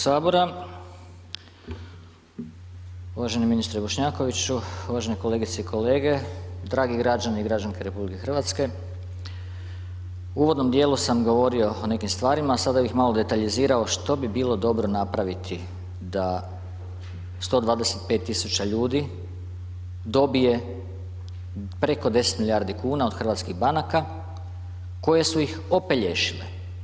Uvaženi ministre Bošnjakoviću, uvažene kolegice i kolege, dragi građani i građanke RH, u uvodnom dijelu sam govorio o nekim stvarima, a sada bih malo detaljizirao što bi bilo dobro napraviti da 125 000 ljudi dobije preko 10 milijardi kuna od hrvatskih banaka koje su ih opelješile.